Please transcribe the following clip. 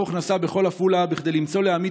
ברוך נסע בכל עפולה כדי למצוא לעמית